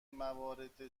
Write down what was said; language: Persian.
موارد